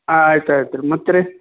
ಆಯ್ತು ಆಯ್ತು ರೀ ಮತ್ತು ರೀ